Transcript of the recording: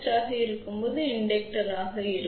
எனவே அது தூண்டியாக குறிப்பிடப்படும்